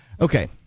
Okay